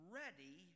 ready